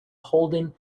holding